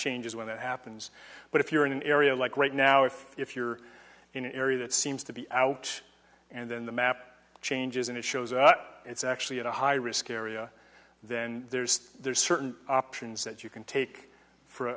changes when that happens but if you're in an area like right now if if you're in an area that seems to be out and then the map changes and it shows up it's actually at a high risk area then there's there's certain options that you can take for